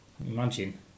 Imagine